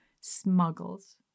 smuggles